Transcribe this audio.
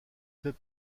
fait